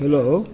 hello